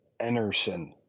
Enerson